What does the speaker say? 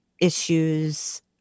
issues